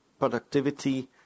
productivity